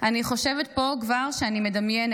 אני חושבת פה כבר שאני מדמיינת,